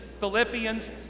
Philippians